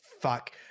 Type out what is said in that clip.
fuck